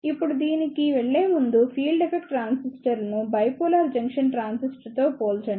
ఇప్పుడు దీనికి వెళ్ళే ముందు ఫీల్డ్ ఎఫెక్ట్ ట్రాన్సిస్టర్లను బైపోలార్ జంక్షన్ ట్రాన్సిస్టర్తో పోల్చండి